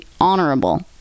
honorable